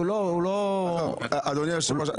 אדוני היושב-ראש,